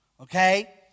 Okay